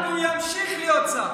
וימשיך להיות שר.